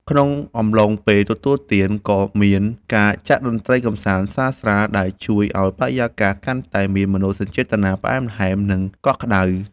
ក្នុងអំឡុងពេលទទួលទាន ក៏មានការចាក់តន្ត្រីកម្សាន្តស្រាលៗ ដែលជួយឱ្យបរិយាកាសកាន់តែមានមនោសញ្ចេតនាផ្អែមល្ហែម និងកក់ក្ដៅ។